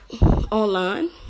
online